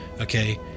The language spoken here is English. okay